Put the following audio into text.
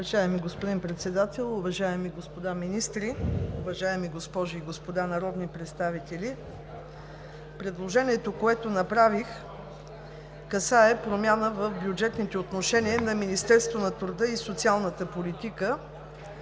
Уважаеми господин Председател, уважаеми господа министри, уважаеми госпожи и господа народни представители! Предложението, което направих, касае промяна в бюджетните отношения на Министерството на труда и социалната политика.